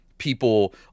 people